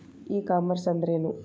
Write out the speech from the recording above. E commerce ಅಂದ್ರೇನು?